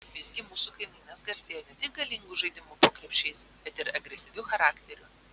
visgi mūsų kaimynas garsėjo ne tik galingu žaidimu po krepšiais bet ir agresyviu charakteriu